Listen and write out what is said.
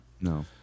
No